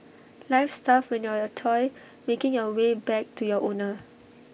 life's tough when you're A toy making your way back to your owner